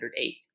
108